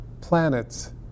planets